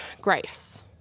grace